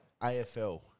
AFL